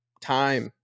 time